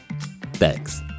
Thanks